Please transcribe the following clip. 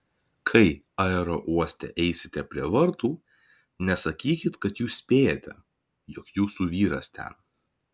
kai aerouoste eisite prie vartų nesakykit kad jūs spėjate jog jūsų vyras ten